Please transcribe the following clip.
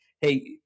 Hey